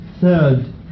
third